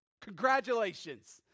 Congratulations